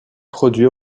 produits